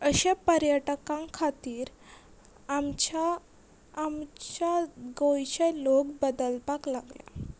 अशे पर्यटकांक खातीर आमच्या आमच्या गोंयचे लोक बदलपाक लागल्यात